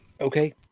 okay